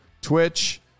Twitch